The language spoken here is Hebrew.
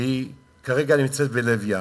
שכרגע נמצאת בלב ים.